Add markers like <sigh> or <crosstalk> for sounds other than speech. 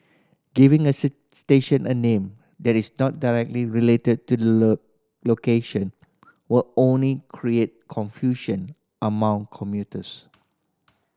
giving a <unintelligible> station a name that is not directly related to the low location will only create confusion among commuters